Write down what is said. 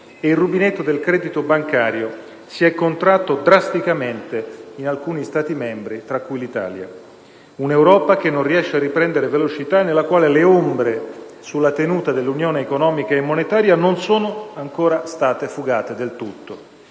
e il rubinetto del credito bancario si è contratto drasticamente in alcuni Stati membri, tra cui l'Italia. Un'Europa che non riesce a riprendere velocità e nella quale le ombre sulla tenuta dell'Unione economica e monetaria non sono ancora state fugate del tutto.